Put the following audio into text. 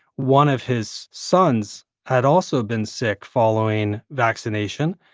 one of his sons had also been sick following vaccination.